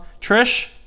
Trish